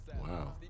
Wow